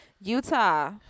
Utah